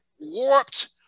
warped